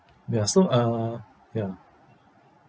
ya so uh ya